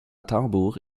tambour